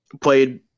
played